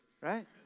right